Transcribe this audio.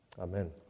Amen